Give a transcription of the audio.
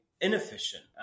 inefficient